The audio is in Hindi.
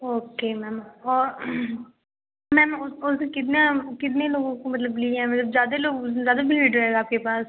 ओके मैम और मैम उस उस दिन कितना कितने लोगों को मतलब लिए हैं मतलब ज्यादा लोग उस दिन ज्यादा भीड़ रहेगा आपके पास